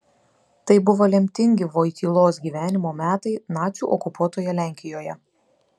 tai buvo lemtingi vojtylos gyvenimo metai nacių okupuotoje lenkijoje